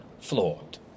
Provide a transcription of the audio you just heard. flawed